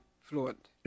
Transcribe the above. fluent